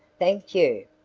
thank you.